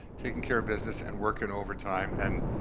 taking care of business and working overtime. and.